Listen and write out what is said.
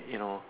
you know